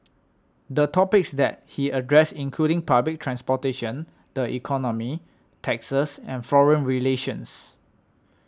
the topics that he addressed included public transportation the economy taxes and foreign relations